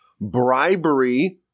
bribery